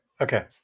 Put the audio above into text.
Okay